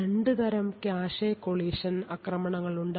രണ്ട് തരം cache collision ആക്രമണങ്ങളുണ്ട്